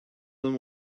them